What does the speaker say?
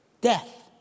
Death